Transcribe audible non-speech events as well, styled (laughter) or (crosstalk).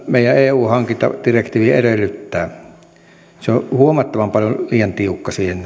meidän eu hankintadirektiivi edellyttää se on huomattavan paljon liian tiukka siihen (unintelligible)